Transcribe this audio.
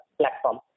platform